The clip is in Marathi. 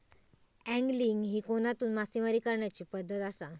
अँगलिंग ही कोनातून मासेमारी करण्याची पद्धत आसा